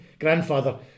grandfather